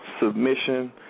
submission